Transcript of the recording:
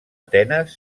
atenes